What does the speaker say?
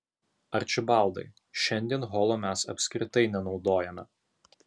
arčibaldai šiandien holo mes apskritai nenaudojame